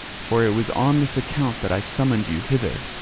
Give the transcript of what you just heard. for it was on this account that i summoned you hither.